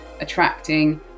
attracting